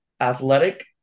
Athletic